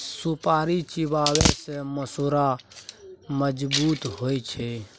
सुपारी चिबाबै सँ मसुरा मजगुत होइ छै